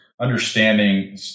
understanding